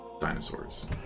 dinosaurs